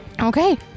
Okay